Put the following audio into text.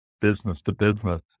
business-to-business